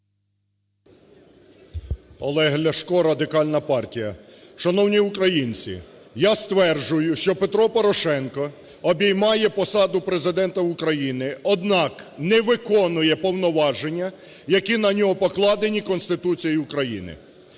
Олег Ляшко, Радикальна партія. Шановні українці, я стверджую, що Петро Порошенко обіймає посаду Президента України, однак не виконує повноваження, які на нього покладені Конституцією України.